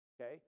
okay